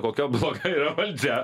kokia bloga yra valdžia